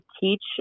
teach